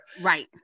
Right